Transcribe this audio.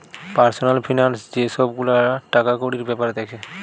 personal finance যে সব গুলা টাকাকড়ির বেপার দ্যাখে